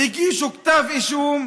הגישו כתב אישום.